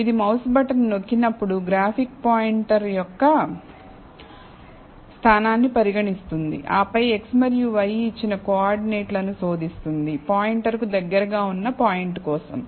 ఇది mouse button నొక్కినప్పుడు graphic pointer యొక్క స్థానాన్ని పరిగణిస్తుంది ఆపై x మరియు y ఇచ్చిన కోఆర్డినేట్లను శోధిస్తుంది పాయింటర్కు దగ్గరగా ఉన్న పాయింట్ కోసం